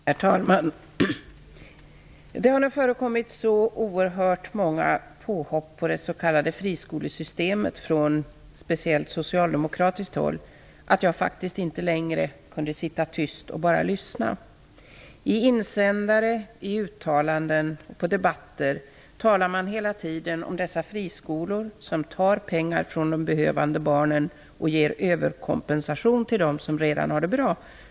Herr talman! Det har nu förekommit så oerhört många påhopp på det s.k. friskolesystemet från särskilt socialdemokratiskt håll att jag faktiskt inte längre kan sitta tyst och bara lyssna. I insändare, i uttalanden och i debatter talar man hela tiden om dessa friskolor som tar pengar från de behövande barnen och ger överkompensation till dem som redan har det bra.